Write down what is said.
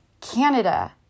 Canada